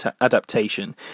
adaptation